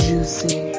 Juicy